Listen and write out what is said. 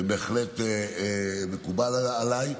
זה בהחלט מקובל עליי,